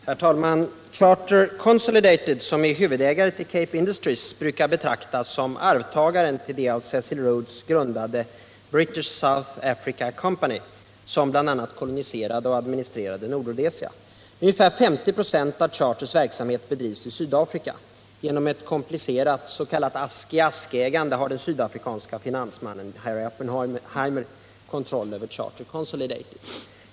Herr talman! Charter Consolidated, som är huvudägare till Cape Industries, brukar betraktas som arvtagaren till det av Cecil Rhodes grundade British South Africa Company, vilket bl.a. koloniserade och administrerade Nordrhodesia. Ungefär 50 26 av Charters verksamhet bedrivs i Sydafrika. Genom ett komplicerat s.k. ask-i-ask-ägande har den sydafrikanske finansmannen Harry Oppenheimer kontroll över Charter Consolidated.